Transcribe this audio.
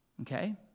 Okay